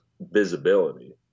visibility